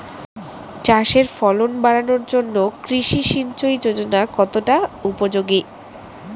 চাষের ফলন বাড়ানোর জন্য কৃষি সিঞ্চয়ী যোজনা কতটা উপযোগী?